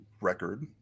record